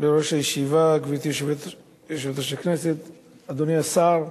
בראש הישיבה, אדוני השר,